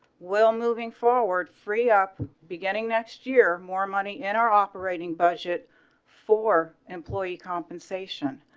will moving forward free up beginning next year, more money in our operating budget for employee compensation